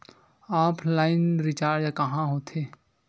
Offline recharge कहां होथे?